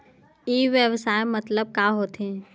ई व्यवसाय मतलब का होथे?